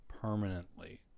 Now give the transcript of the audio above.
permanently